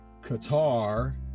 Qatar